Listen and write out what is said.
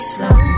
slow